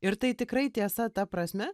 ir tai tikrai tiesa ta prasme